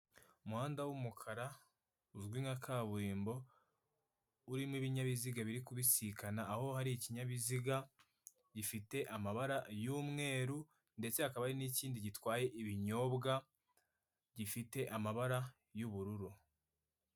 Umuhanda w'umukara uzwi nka kaburimbo urimo ibinyabiziga birikubisikana aho hari ikinyabiziga gifite amabara y'umweru ndetse hakaba hari n'ikindi gifite gitwaye ibinyobwa gifite amabara y'ubururu.